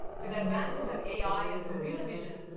with advances in ai and computer vision,